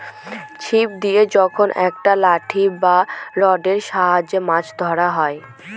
ছিপ দিয়ে যখন একটা লাঠি বা রডের সাহায্যে মাছ ধরা হয়